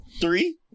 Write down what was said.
three